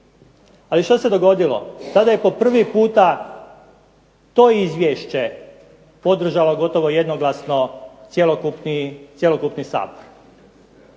Ali što se dogodilo, tada je po prvi puta to izvješće podržalo gotovo jednoglasno cjelokupni Sabor.